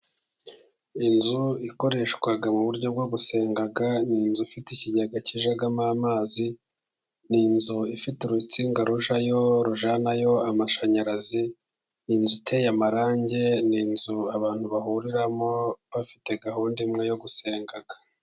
Inzu ikoreshwa mu buryo bwo gusenga, n'inzu ifite ikigega kijyamo amazi, n'inzu ifite urutsinga tujyayo rujyanayo amashanyarazi, inzu iteye amarangi, n'inzu abantu bahuriramo bafite gahunda imwe yo gusenga.